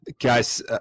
guys